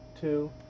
two